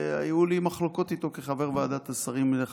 והיו לי מחלוקות איתו כחבר ועדת השרים לענייני חקיקה.